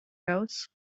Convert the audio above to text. goes